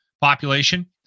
population